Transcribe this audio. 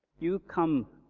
you come,